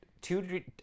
two